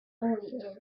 always